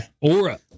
Aura